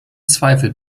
zweifel